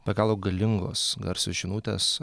be galo galingos garsios žinutės